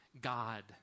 God